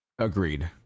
Agreed